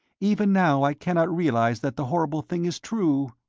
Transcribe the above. even now i cannot realize that the horrible thing is true.